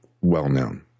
well-known